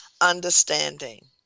understanding